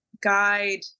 guide